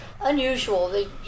Unusual